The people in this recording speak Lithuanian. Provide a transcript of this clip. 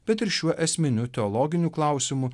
bet ir šiuo esminiu teologinių klausimų